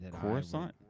Coruscant